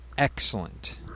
excellent